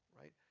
right